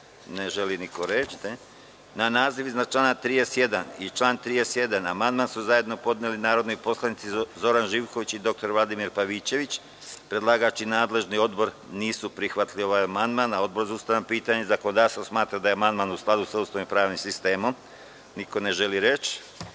li želi reč neko? (Ne.)Na naziv iznad člana 32. i član 32. amandman su zajedno podneli narodni poslanici Zoran Živković i dr Vladimir Pavićević. Predlagač i nadležni odbor nisu prihvatili ovaj amandman. Odbor za ustavna pitanja i zakonodavstvo smatra da je amandman u skladu sa Ustavom i pravnim sistemom. Da li želi reč